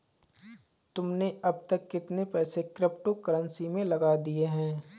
तुमने अब तक कितने पैसे क्रिप्टो कर्नसी में लगा दिए हैं?